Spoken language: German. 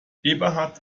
eberhard